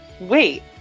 Wait